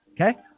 Okay